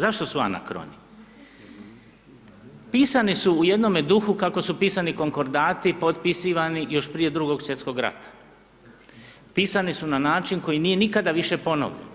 Zašto su anakroni, pisani su u jednome duhu kako su pisani konkordati potpisivani još prije II. svjetskog rata, pisani su način koji nije nikada više ponovljen,